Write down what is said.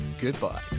Goodbye